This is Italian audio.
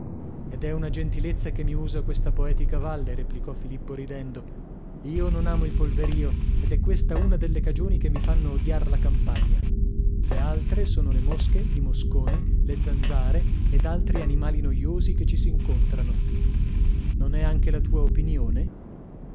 ed è una gentilezza che mi usa questa poetica valle replicò filippo ridendo io non amo il polverio ed è questa una delle cagioni che mi fanno odiar la campagna le altre sono le mosche i mosconi le zanzare ed altri animali noiosi che ci s'incontrano non è anche la tua opinione